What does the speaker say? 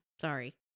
Sorry